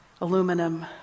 aluminum